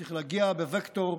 צריך להגיע בווקטור,